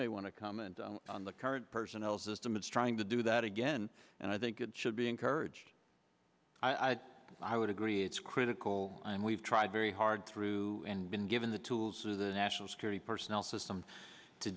may want to comment on the current personnel system it's trying to do that again and i think it should be encouraged i i would agree it's critical and we've tried very hard through and been given the tools of the national security personnel system to